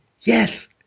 Yes